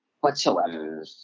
whatsoever